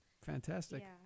Fantastic